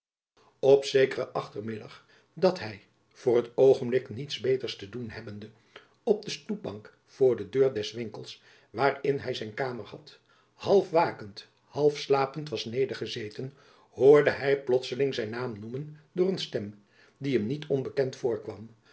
op zekeren achtermiddag dat hy voor t oogenblik niets beters te doen hebbende op de stoepbank voor de deur des winkels waarin hy zijn kamer had half wakend half slapend was nedergezeten hoorde hy plotslings zijn naam noemen door een stem die hem niet onbekend voorkwam